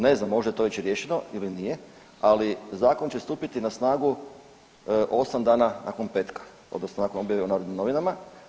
Ne znam možda je to već riješeno ili nije, ali zakon će stupiti na snagu osam dana nakon petka, odnosno nakon objave u Narodnim novinama.